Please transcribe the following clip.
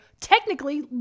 Technically